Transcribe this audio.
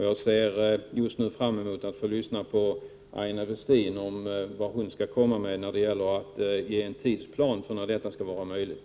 Jag ser just nu fram emot att få höra vad Aina Westin kommer att säga om tidpunkten när detta kan bli möjligt.